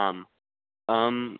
आम् आम्